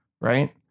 Right